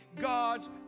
God's